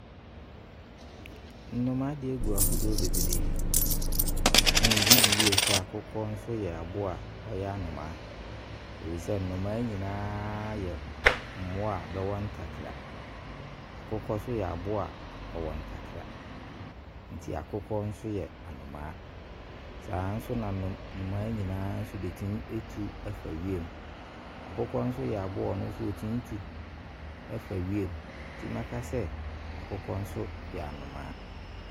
Nnomaa deɛ gu ahodoɔ bebree. Megyedi yie sɛ, Akokɔ nso yɛ aboa a ɔyɛ anomaa Ɛfiri sɛ nnomaa nyinaa yɛ mmoa a bɛwɔ ntakra. Akokɔ nso yɛ aboa ɔwɔ ntakra, nti Akokɔ nso yɛ anomaa. Saa nso na nnomaa nyinaa bɛtumi tu fa wiem, enti mɛka sɛ Akokɔ nso yɛ anomaa